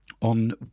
on